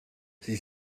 sie